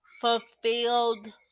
fulfilled